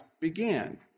began